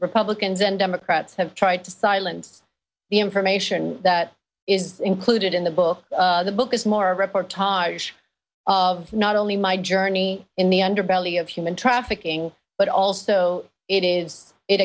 republicans and democrats have tried to silence the information that is included in the book the book is more a report taj not only my journey in the underbelly of human trafficking but also it is it